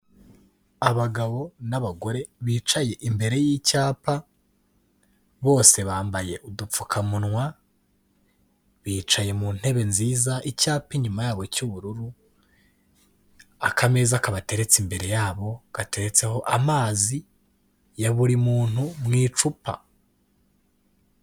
Abagabo n'abagore bicaye imbere y'icyapa, bose bambaye udupfukamunwa, bicaye mu ntebe nziza icyapa inyuma yabo cy'ubururu. Akameza kabateretse imbere yabo gateretseho amazi ya buri muntu mu icupa.